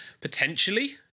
potentially